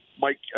Mike